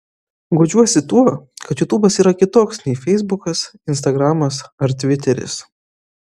guodžiuosi tuo kad jutubas yra kitoks nei feisbukas instagramas ar tviteris